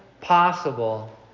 possible